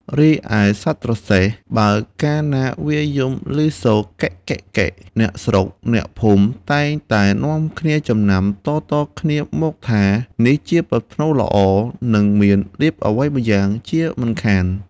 រីឯសត្វត្រសេះ បើកាលណាវាយំឮសូរ កិក ! កិក ! កិក ! អ្នកស្រុកអ្នកភូមិតែងតែនាំគ្នាចំណាំតៗគ្នាមកថា នេះជាប្រផ្នូលល្អ នឹងមានលាភអ្វីម្យ៉ាងជាមិនខាន។